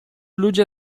ludzie